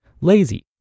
lazy